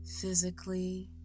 physically